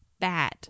bad